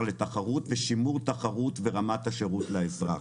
לתחרות ושימור תחרות ורמת השירות לאזרח.